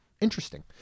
Interesting